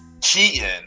cheating